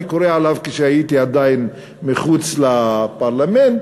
אני קראתי עליו כשהייתי עדיין מחוץ לפרלמנט,